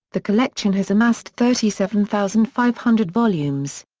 the collection has amassed thirty seven thousand five hundred volumes.